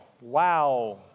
wow